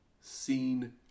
seen